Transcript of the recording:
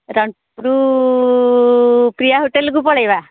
ରଣପୁର ପ୍ରିୟା ହୋଟେଲ୍କୁ ପଳାଇବା